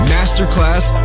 Masterclass